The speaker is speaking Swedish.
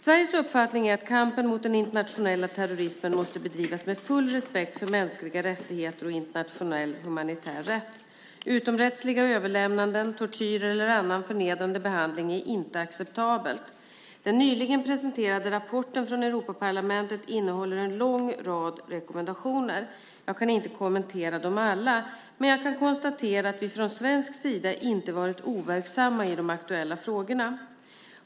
Sveriges uppfattning är att kampen mot den internationella terrorismen måste bedrivas med full respekt för mänskliga rättigheter och internationell humanitär rätt. Utomrättsliga överlämnanden, tortyr eller annan förnedrande behandling är inte acceptabelt. Den nyligen presenterade rapporten från Europaparlamentet innehåller en lång rad rekommendationer. Jag kan inte kommentera dem alla. Men jag kan konstatera att vi från svensk sida inte varit overksamma i de aktuella frågorna.